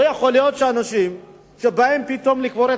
לא יכול להיות שאנשים שבאים לקבור את